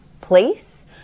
place